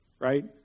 right